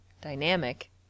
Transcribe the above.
dynamic